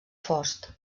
fost